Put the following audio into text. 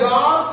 God